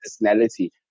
personality